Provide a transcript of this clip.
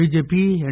BJP ఎన్